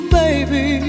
baby